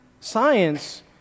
science